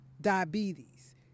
diabetes